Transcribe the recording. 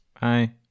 Bye